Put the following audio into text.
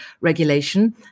regulation